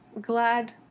glad